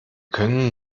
können